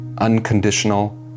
unconditional